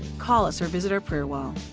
call us or visit our prayer wall.